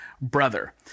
brother